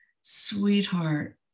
Sweetheart